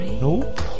Nope